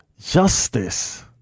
justice